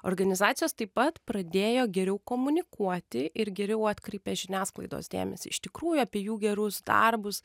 organizacijos taip pat pradėjo geriau komunikuoti ir geriau atkreipia žiniasklaidos dėmesį iš tikrųjų apie jų gerus darbus